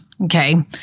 okay